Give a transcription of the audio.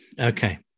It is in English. Okay